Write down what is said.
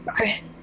okay